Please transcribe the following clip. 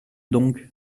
donc